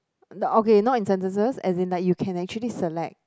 n~ okay not in sentences as in like you can actually select